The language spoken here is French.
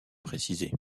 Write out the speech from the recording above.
précisé